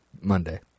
Monday